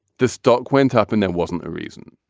the stock went up and that wasn't a reason